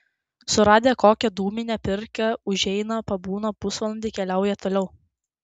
suradę kokią dūminę pirkią užeina pabūna pusvalandį keliauja toliau